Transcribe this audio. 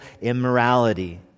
immorality